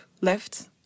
left